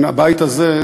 הבית הזה,